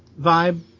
vibe